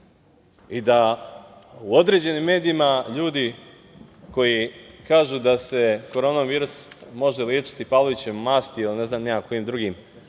i da u određenim medijima ljudi koji kažu da se korona virus može lečiti Pavlovićevom masti ili ne znam ni ja kojim drugim